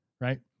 right